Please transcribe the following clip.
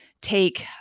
take